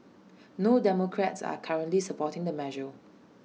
no democrats are currently supporting the measure